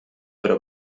però